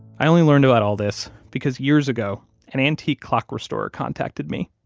i only learned about all this because years ago an antique clock restorer contacted me,